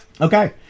Okay